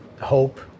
hope